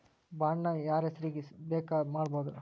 Bond ನ ಯಾರ್ಹೆಸ್ರಿಗ್ ಬೆಕಾದ್ರುಮಾಡ್ಬೊದು?